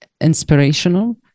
inspirational